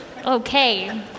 Okay